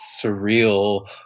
surreal